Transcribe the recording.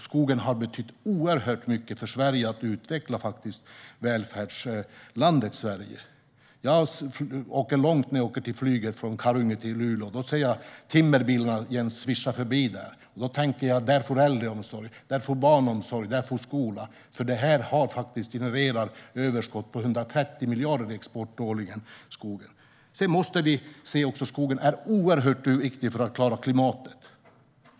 Skogen har betytt oerhört mycket när det gäller att utveckla välfärdslandet Sverige. Jag åker långt när jag ska till flyget mellan Karungi och Luleå, och då ser jag timmerbilarna svischa förbi och tänker: Där får vi äldreomsorg, där får vi barnomsorg och där får vi skola. Så är det, för skogen genererar överskott på 130 miljarder i export årligen. Sedan måste vi också se att skogen är oerhört viktig för att klara klimatet.